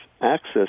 access